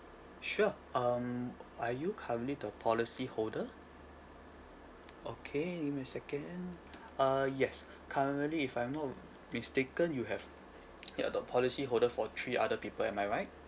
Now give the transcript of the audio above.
sure um are you currently the policy holder okay give me a second uh yes currently if I'm not mistaken you have you're the policy holder for three other people am I right